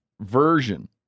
version